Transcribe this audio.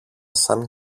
σαν